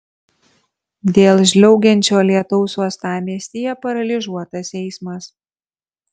dėl žliaugiančio lietaus uostamiestyje paralyžiuotas eismas